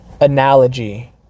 analogy